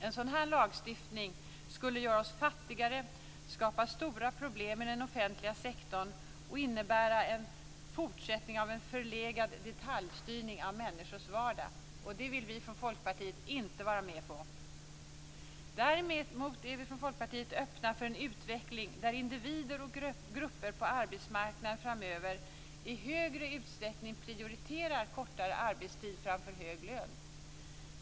En sådan lagstiftning skulle göra oss fattigare, skapa stora problem i den offentliga sektorn och innebära en fortsättning av en förlegad detaljstyrning av människors vardag. Det vill vi från Folkpartiet inte vara med på. Däremot är vi från Folkpartiet öppna för en utveckling där individer och grupper på arbetsmarknaden framöver i högre utsträckning prioriterar kortare arbetstid framför hög lön.